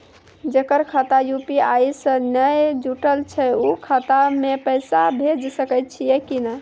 जेकर खाता यु.पी.आई से नैय जुटल छै उ खाता मे पैसा भेज सकै छियै कि नै?